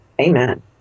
amen